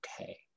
okay